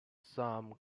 some